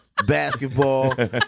basketball